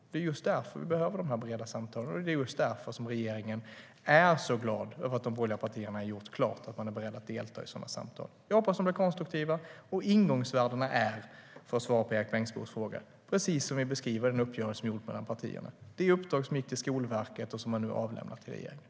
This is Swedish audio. Det är just därför vi behöver de breda samtalen, och det är därför som regeringen är så glad över att de borgerliga partierna har gjort klart att de är beredda att delta i sådana samtal. Jag hoppas att samtalen är konstruktiva. Ingångsvärdena är, för att svara på Erik Bengtzboes fråga, precis som vi beskriver dem i den uppgörelse som partierna har. Det är ett uppdrag som gick till Skolverket och som nu har avlämnats till regeringen.